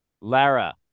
Lara